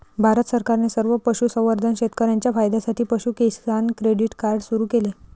भारत सरकारने सर्व पशुसंवर्धन शेतकर्यांच्या फायद्यासाठी पशु किसान क्रेडिट कार्ड सुरू केले